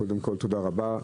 קודם כל תודה רבה,